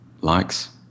likes